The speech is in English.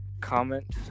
comment